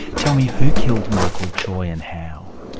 tell me, who killed michael choy and how?